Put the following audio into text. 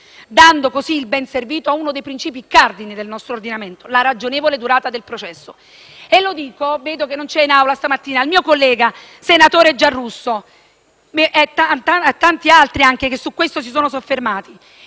dando così il benservito a uno dei princìpi cardine del nostro ordinamento: la ragionevole durata del processo.